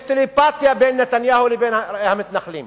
יש טלפתיה בין נתניהו לבין המתנחלים.